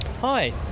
Hi